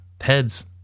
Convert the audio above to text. heads